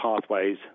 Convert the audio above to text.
pathways